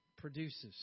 produces